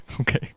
Okay